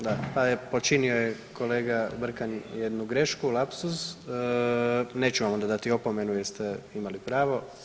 Da, pa počinio je kolega Brkan jednu grešku, lapsus, neću vam onda dati opomenu jer ste imali pravo.